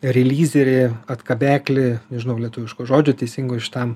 relyzerį atkabeklį nežinau lietuviško žodžio teisingo šitam